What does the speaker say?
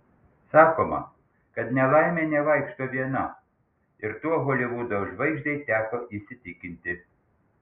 sakoma kad nelaimė nevaikšto viena ir tuo holivudo žvaigždei teko įsitikinti